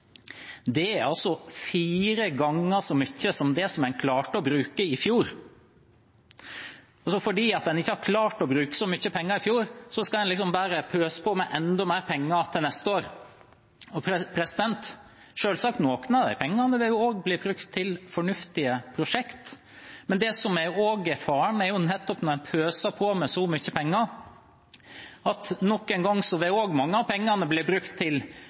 Det er fire ganger så mye som det en klarte å bruke i fjor. Fordi en ikke klarte å bruke så mye penger i fjor, skal en bare pøse på med enda mer penger til neste år. Selvsagt vil noen av pengene også bli brukt til fornuftige prosjekt. Men det som også er faren når en pøser på med så mye penger, er at noen ganger vil mye av pengene bli brukt til fuglekasseprosjekt, fektekamper eller til feiring av gjøkens dag. – Det er jo en grunn til